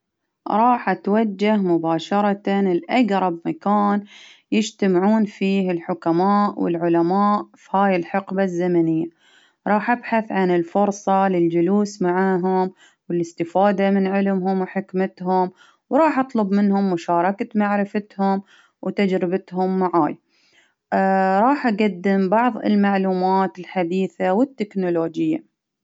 راح أتوجه مباشرة لأقرب مكان يجتمعون فيه الحكماء والعلماء في هاي الحقبة الزمنية، راح أبحث عن الفرصة للجلوس معاهم والإستفادة من علمهم وحكمتهم، وراح أطلب منهم مشاركة معرفتهم وتجربتهم معاي، راح أجدم بعض المعلومات الحديثة والتكنولوجية.